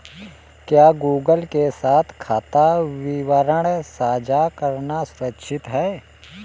क्या गूगल के साथ खाता विवरण साझा करना सुरक्षित है?